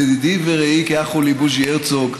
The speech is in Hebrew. ידידי ורעי כאח הוא לי בוז'י הרצוג,